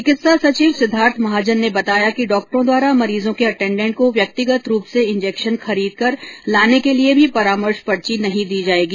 चिकित्सा सचिव सिद्वार्थ महाजन ने बताया कि डॉक्टरों द्वारा मरीजों के अंटेन्डेन्ट को व्यक्तिगत रूप से इंजेक्शन खरीदकर लाने के लिए भी परामर्श पर्ची नहीं दी जाएगी